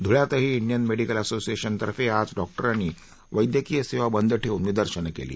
धूळ्यातही Indian medical असोसिएशनतर्फे आज डॉक्टरांनी वैद्यकीय सेवा बंद ठेवून निदर्शनं केली